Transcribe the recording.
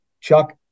Chuck